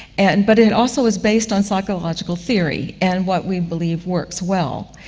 and but it also is based on psychological theory, and what we believe works well.